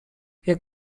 jak